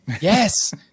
Yes